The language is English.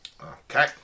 Okay